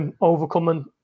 Overcoming